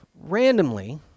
randomly